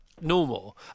normal